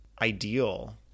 ideal